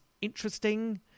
interesting